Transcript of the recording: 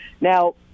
Now